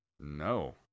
No